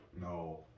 No